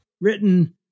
written